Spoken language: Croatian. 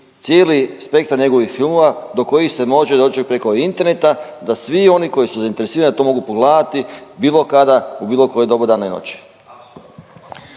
cijeli spektar njegovih filmova do kojih se može doći preko interneta da svi oni koji su zainteresirani to mogu pogledati bilo kada u bilo koje doba dana i noći.